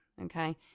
okay